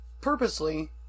purposely